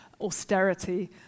austerity